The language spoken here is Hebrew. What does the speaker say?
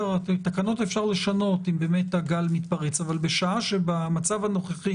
תקנות אפשר לשנות אם באמת הגל מתפרץ אבל בשעה שבמצב הנוכחי